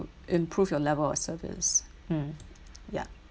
improve your level of service mm ya